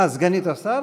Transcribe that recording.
אה, סגנית השר